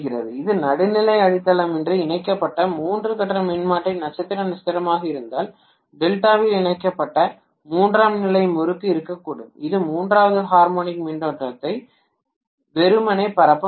இது நடுநிலை அடித்தளமின்றி இணைக்கப்பட்ட மூன்று கட்ட மின்மாற்றி நட்சத்திர நட்சத்திரமாக இருந்தால் டெல்டாவில் இணைக்கப்பட்ட மூன்றாம் நிலை முறுக்கு இருக்கக்கூடும் இது மூன்றாவது ஹார்மோனிக் மின்னோட்டத்தை வெறுமனே பரப்ப முடியும்